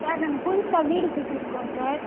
sir நாங்கள் புதுசாக வீடு கட்டியிருக்கோம் சார்